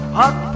hot